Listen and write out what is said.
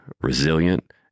resilient